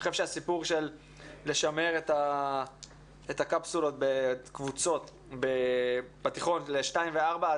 אני חושב שהסיפור של לשמר את הקפסולות בקבוצות בתיכון לשתיים וארבע,